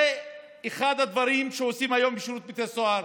זה אחד הדברים שעושים היום בשירות בתי הסוהר.